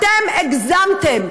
אתם הגזמתם.